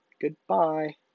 Goodbye